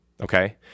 Okay